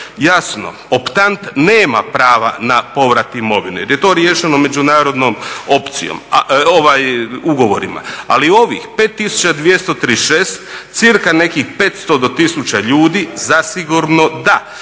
jasno optant nema prava na povrat imovine jer je to riješeno međunarodnim ugovorima. Ali ovih 5236 cirka nekih 500 do 1000 ljudi zasigurno da.